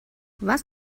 was